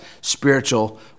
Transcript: spiritual